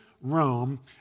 Rome